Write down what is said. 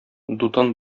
дутан